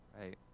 Right